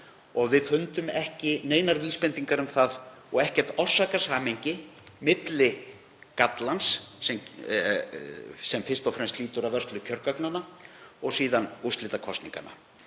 Við fundum ekki neinar vísbendingar um það og ekkert orsakasamhengi milli gallans, sem fyrst og fremst lýtur að vörslu kjörgagnanna, og síðan úrslita kosninganna.